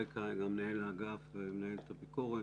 ברקע גם מנהל האגף ומנהלת הביקורת.